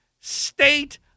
state